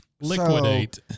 Liquidate